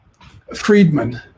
Friedman